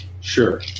Sure